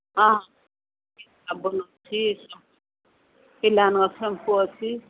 ହଁ ସାବୁନ୍ ଅଛି ପିଲାମାନଙ୍କ ସେମ୍ପୁ ଅଛି